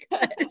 Good